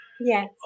Yes